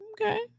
Okay